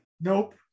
Nope